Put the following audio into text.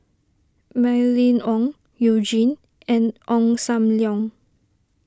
Mylene Ong You Jin and Ong Sam Leong